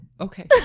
okay